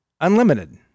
Unlimited